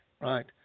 right